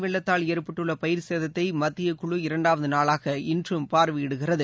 வெள்ளத்தால் ஏற்பட்டுள்ள பயிர்ச்சேதத்தை மத்தியக்குழு இரண்டாவது நாளாக இன்றும் பார்வையிடுகிறது